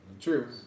True